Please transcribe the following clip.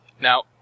Now